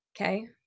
Okay